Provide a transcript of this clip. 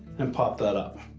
and pop that up.